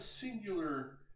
singular